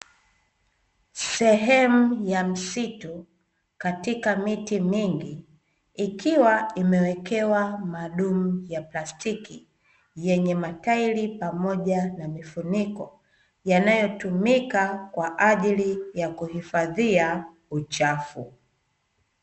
Sehemu ya msitu katika miti mingi ikiwa imewekwa madumu ya plastiki yenye matairi pamoja na mifuniko, yanayotumika kwa ajili ya kuhifadhia uchafu.